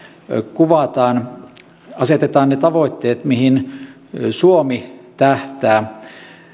kuvataan asetetaan ne tavoitteet mihin suomi tähtää